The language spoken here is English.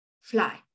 fly